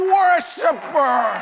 worshiper